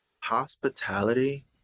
Hospitality